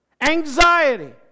anxiety